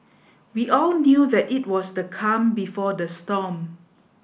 we all knew that it was the calm before the storm